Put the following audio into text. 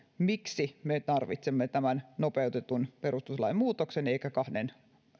miksi me tarvitsemme tämän nopeutetun perustuslain muutoksen emmekä kahden